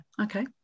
okay